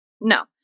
no